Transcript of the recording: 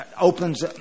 opens